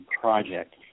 Project